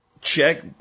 check